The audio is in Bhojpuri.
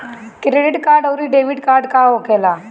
क्रेडिट आउरी डेबिट कार्ड का होखेला?